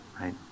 right